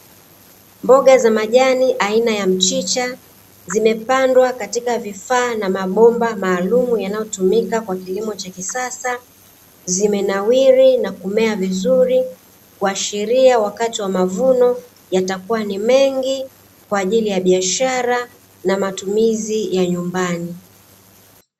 Mboga za majani aina ya mchicha, zimepandwa katika vifaa na mabomba maalumu yanayotumika kwa kilimo cha kisasa. Zimenawiri na kumea vizuri, kuashiria wakati wa mavuno yatakuwa ni mengi kwa ajili ya biashara na matumizi ya nyumbani.